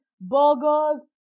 burgers